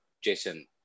Jason